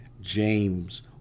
James